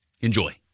Enjoy